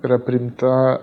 yra priimta